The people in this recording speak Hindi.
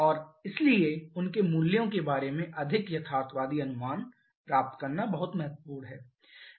और इसलिए उनके मूल्यों के बारे में अधिक यथार्थवादी अनुमान प्राप्त करना बहुत महत्वपूर्ण है